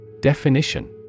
Definition